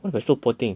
where got so poor thing